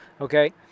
okay